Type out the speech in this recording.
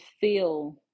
feel